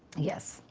yes.